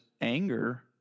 anger